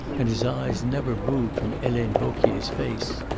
and his eyes never moved from helene vauquier's face.